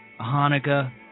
Hanukkah